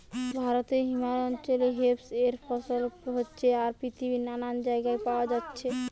ভারতে হিমালয় অঞ্চলে হেম্প এর ফসল হচ্ছে আর পৃথিবীর নানান জাগায় পায়া যাচ্ছে